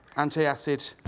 antiacid.